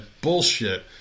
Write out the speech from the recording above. bullshit